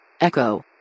Echo